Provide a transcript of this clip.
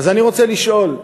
אז אני רוצה לשאול,